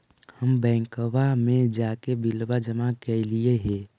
हम बैंकवा मे जाके बिलवा जमा कैलिऐ हे?